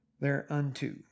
thereunto